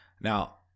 Now